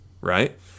Right